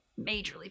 majorly